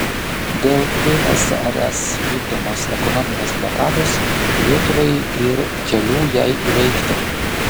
dėl tsrs vykdomos ekonominės blokados lietuvai ir kelių jai įveikti